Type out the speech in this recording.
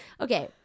Okay